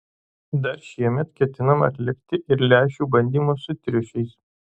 dar šiemet ketinama atlikti ir lęšių bandymus su triušiais